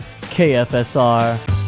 KFSR